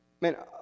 man